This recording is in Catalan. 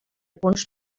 punts